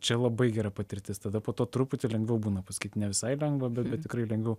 čia labai gera patirtis tada po to truputį lengviau būna pasakyt ne visai lengva bet bet tikrai lengviau